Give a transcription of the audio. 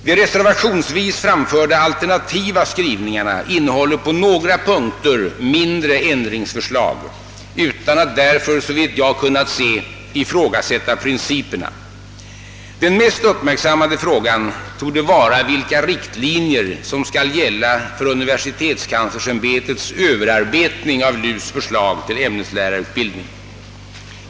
De reservationsvis framförda alternativa skrivningarna innehåller på några punkter mindre ändringsförslag utan att därför, såvitt jag kunnat se, ifrågasätta principerna. Den mest uppmärksammade frågan torde vara vilka riktlinjer som skall gälla för universitetskanslersämbetets överarbetning av LUS” förslag till ämneslärarutbildning.